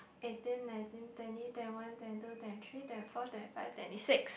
eighteen nineteen twenty twenty one twenty two twenty three twenty four twenty five twenty six